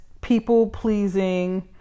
people-pleasing